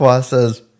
says